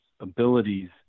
abilities